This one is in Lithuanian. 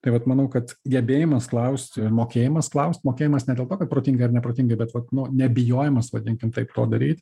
tai vat manau kad gebėjimas klausti mokėjimas klaust mokėjimas ne dėl to kad protingai ar neprotingai bet vat nu nebijojimas vadinkim taip to daryti